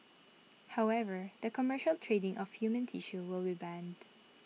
however the commercial trading of human tissue will be banned